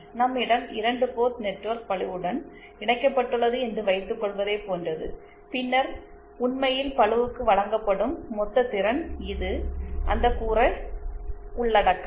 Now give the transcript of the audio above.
நம்மிடம் 2 port network பளுவுடன் இணைக்கப்பட்டுள்ளது என்று வைத்துக்கொள்வதைப் போன்றது பின்னர் உண்மையில் பளுவுக்கு வழங்கப்படும் மொத்த திறன் இது அந்த கூறை உள்ளடக்காது